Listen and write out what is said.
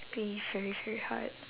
be very very hard